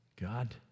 God